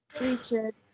Richard